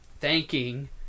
thanking